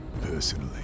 personally